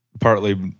Partly